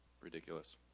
ridiculous